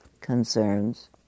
concerns